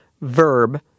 verb